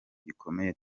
gikomeye